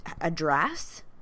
address